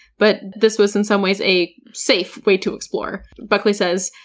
but this was in some ways a safe way to explore. buckley says,